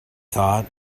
thought